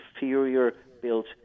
inferior-built